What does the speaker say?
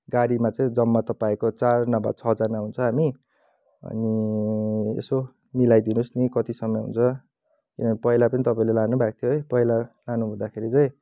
गाडीमा चाहिँ जम्मा तपाईँको चार नभए छजना हुन्छ हामी अनि यसो मिलाइदिनुहोस् नि कतिसम्म हुन्छ किनकि पहिला पनि तपाईँले लानुभएको थियो है पहिला लानुहुँदाखेरि चाहिँ